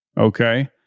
okay